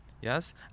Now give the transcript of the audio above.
Yes